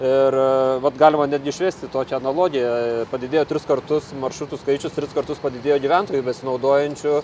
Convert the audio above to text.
ir vat galima netgi išvesti tokią analogiją padidėjo tris kartus maršrutų skaičius tris kartus padidėjo gyventojų besinaudojančių